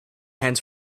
hands